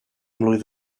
mlwydd